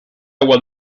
agua